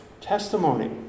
testimony